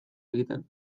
egiten